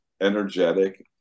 energetic